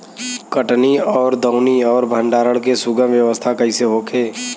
कटनी और दौनी और भंडारण के सुगम व्यवस्था कईसे होखे?